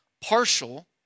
Partial